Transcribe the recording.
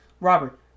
Robert